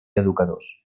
educadors